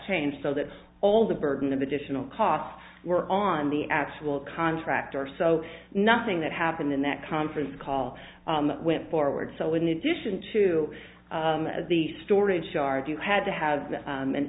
changed so that all the burden of additional costs were on the actual contractor so nothing that happened in that conference call went forward so in addition to the storage yard you had to have